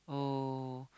oh